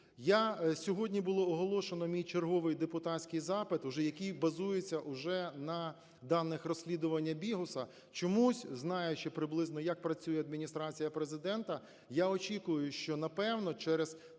Сьогодні було оголошено мій черговий депутатський запит, уже який базується на даних розслідування Bihus. Чомусь, знаючи приблизно, як працює Адміністрація Президента, я очікую, що напевно через